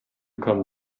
come